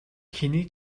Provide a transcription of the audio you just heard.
хэний